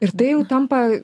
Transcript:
ir tai jau tampa